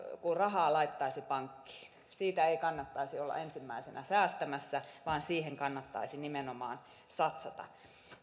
kuin rahaa laittaisi pankkiin siitä ei kannattaisi olla ensimmäisenä säästämässä vaan siihen kannattaisi nimenomaan satsata